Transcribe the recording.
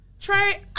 Trey